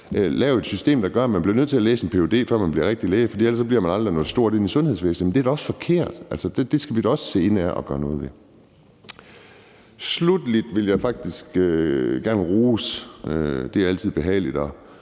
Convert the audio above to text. lavet et system, der gør, at man bliver nødt til at læse en ph.d., før man bliver rigtig læge, for ellers bliver man aldrig noget stort inde i sundhedsvæsenet? Men det er da også forkert. Altså, der skal vi da også se indad og gøre noget ved det. Sluttelig vil jeg faktisk gerne give ros. Det er altid behageligt